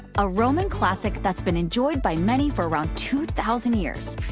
a roman classic that's been enjoyed by many for around two thousand years.